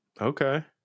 Okay